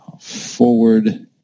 forward